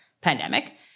pandemic